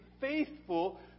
faithful